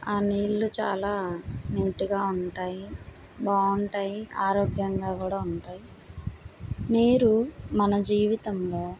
ఆ నీళ్లు చాలా నీట్గా ఉంటాయి బాగుంటాయి ఆరోగ్యంగా కూడా ఉంటాయ్ నీరు మన జీవితంలో